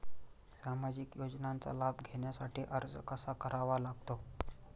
सामाजिक योजनांचा लाभ घेण्यासाठी अर्ज कसा करावा लागतो?